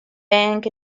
bang